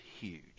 huge